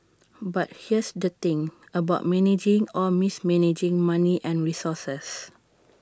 but here's the thing about managing or mismanaging money and resources